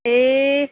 ए